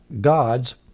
gods